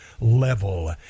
level